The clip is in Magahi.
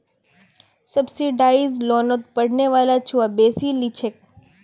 सब्सिडाइज्ड लोनोत पढ़ने वाला छुआ बेसी लिछेक